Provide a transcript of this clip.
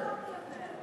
פחות או יותר.